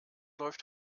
läuft